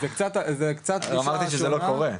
אמרתי שזה לא קורה,